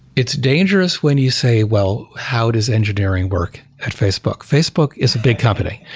it's dangerous when you say, well, how does engineering work at facebook? facebook is a big company.